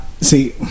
See